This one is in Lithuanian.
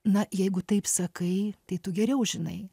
na jeigu taip sakai tai tu geriau žinai